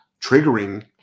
triggering